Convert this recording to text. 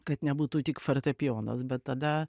kad nebūtų tik fortepijonas bet tada